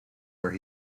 where